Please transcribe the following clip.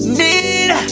need